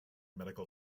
medical